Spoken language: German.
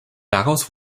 daraus